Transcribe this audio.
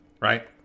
right